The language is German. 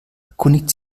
erkundigt